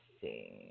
see